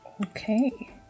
Okay